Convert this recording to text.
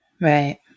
Right